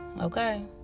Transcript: okay